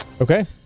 Okay